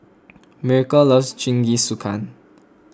Miracle loves Jingisukan